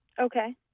Okay